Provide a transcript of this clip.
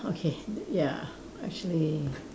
okay ya actually